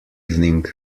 evening